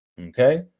okay